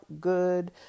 good